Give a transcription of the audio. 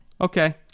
Okay